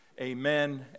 amen